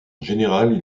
général